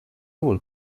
vuol